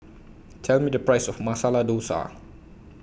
Tell Me The Price of Masala Dosa